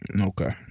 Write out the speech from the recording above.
Okay